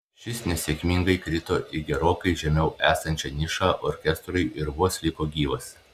šis nesėkmingai krito į gerokai žemiau esančią nišą orkestrui ir vos liko gyvas